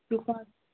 ꯗꯨꯀꯥꯟ